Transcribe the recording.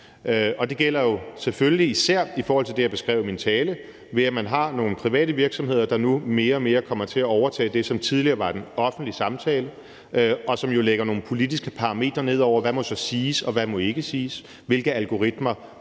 selvfølgelig især i forhold til det, som jeg også beskrev i min tale, nemlig at man har nogle private virksomheder, der nu mere og mere kommer til at overtage det, som tidligere var en offentlig samtale, og hvor der jo lægges nogle politiske parametre ned over, hvad der så må siges, og hvad der ikke må siges, hvilke algoritmer